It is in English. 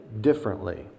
differently